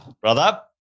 brother